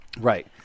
Right